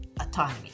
autonomy